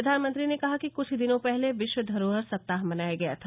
प्रधानमंत्री ने कहा कि कुछ दिनों पहले विश्व धरोहर सप्ताह मनाया गया था